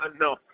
No